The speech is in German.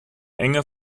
enge